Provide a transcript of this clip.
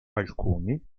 alcuni